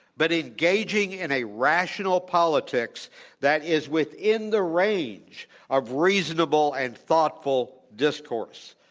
but engaging in a rational politics that is within the range of reasonable and thoughtful discourse,